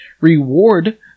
reward